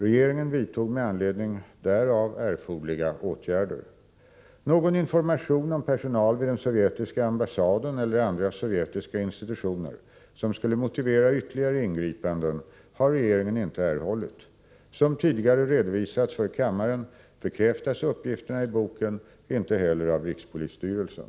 Regeringen vidtog med anledning därav erforderliga åtgärder. Någon information om personal vid den sovjetiska ambassaden eller andra sovjetiska institutioner, som skulle motivera ytterligare ingripanden, har regeringen inte erhållit. Som tidigare redovisats för kammaren bekräftas uppgifterna i boken inte heller av rikspolisstyrelsen.